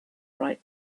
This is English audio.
right